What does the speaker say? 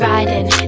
Riding